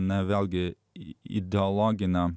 na vėlgi i ideologine